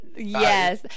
Yes